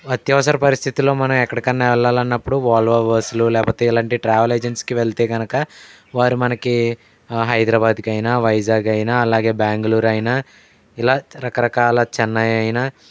అత్యవసర పరిస్థితుల్లో మనం ఎక్కడికన్నా వెళ్ళాలనుకున్నప్పుడు వోల్వో బస్సులు లేకపోతే ఇలాంటి ట్రావెల్ ఏజెంట్స్కి వెళితే గనుక వారు మనకి హైదరాబాద్కైనా వైజాగ్ అయినా అలాగే బెంగళూరు అయినా ఇలా రకరకాల చెన్నై అయినా